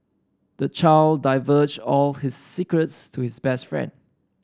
the child divulged all his secrets to his best friend